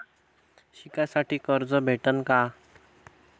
शाळा शिकासाठी कर्ज भेटन का?